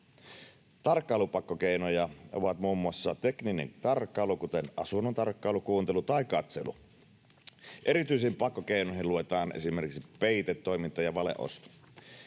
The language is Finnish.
Tarkkailupakkokeinoja ovat muun muassa tekninen tarkkailu, kuten asunnon tarkkailu, kuuntelu ja katselu. Erityisiin pakkokeinoihin luetaan esimerkiksi peitetoiminta ja valeosto.